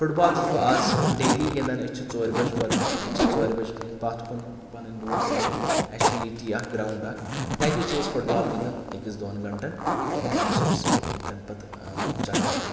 foot بال چھُس بہٕ آز دہلی گِنٛدان أسۍ چھِ ژورِ بَجہِ پَتہٕ أسۍ چھِ ژورِ بَجہِ پَتھ کُن پَنٛنٕۍ دوس سٔمتھ اَسہِ چھُ ییٚتی اَکھ گرٛاوُنٛڈ اَکھ تَتی چھِ أسۍ فُٹ بال گِنٛدان أکِس دۄن گَنٹَن تہٕ پَتہٕ چھِ أسۍ تَمہِ پَتہٕ چَکرہ کَران